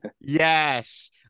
Yes